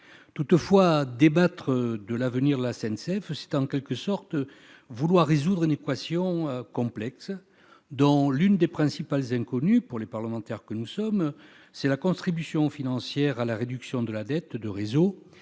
Toutefois, débattre de l'avenir de la SNCF, c'est en quelque sorte vouloir résoudre une équation complexe, dont l'une des principales inconnues, pour les parlementaires que nous sommes, est la contribution financière de l'État à la réduction de la dette de SNCF